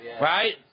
Right